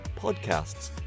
podcasts